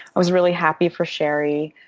i was really happy for sherry,